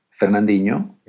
Fernandinho